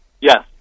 yes